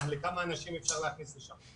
כמה אנשים אפשר להכניס לשם.